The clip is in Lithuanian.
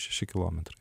šeši kilometrai